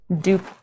dupe